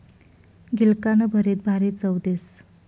गिलकानं भरीत भारी चव देस